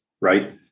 right